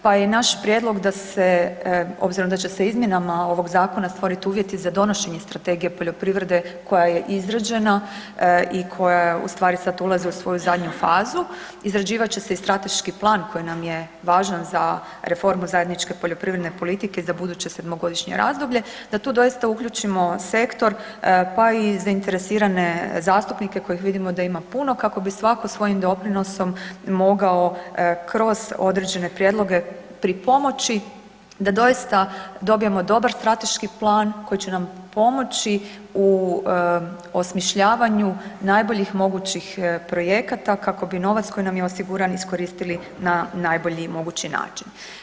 Pa je naš prijedlog da se obzirom da će se izmjenama ovog zakona stvoriti uvjeti za donošenje strategije poljoprivrede koja je izrađena i koja u stvari sad ulazi u svoju zadnju fazu, izrađivat će se i strateški plan koji nam je važan za reformu zajedničke poljoprivredne politike za buduće sedmogodišnje razdoblje da tu doista uključimo sektor pa i zainteresirane zastupnike kojih vidimo da ima puno kako bi svako svojim doprinosom mogao kroz određene prijedloge pripomoći da doista dobijemo dobar strateški plan koji će nam pomoći u osmišljavanju najboljih mogućih projekata kako bi novac koji nam je osiguran iskoristili na najbolji mogući način.